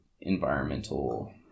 environmental